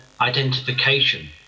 identification